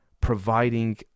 providing